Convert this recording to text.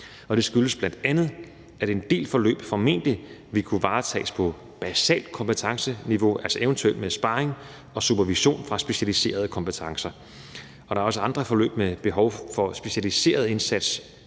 Det skyldes bl.a., at en del forløb formentlig vil kunne varetages på basalt kompetenceniveau, altså eventuelt med sparring og supervision fra specialiserede kompetencer. Der er også andre forløb med behov for specialiseret indsats,